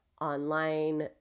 online